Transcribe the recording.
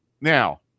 Now